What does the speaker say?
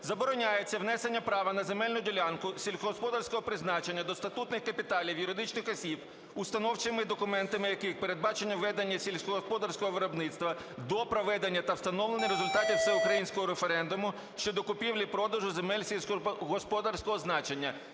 "Забороняється внесення права на земельну ділянку сільськогосподарського призначення до статутних капіталів юридичних осіб, установчими документами яких передбачено ведення сільськогосподарського виробництва, до проведення та встановлення результатів всеукраїнського референдуму щодо купівлі-продажу земель сільськогосподарського значення".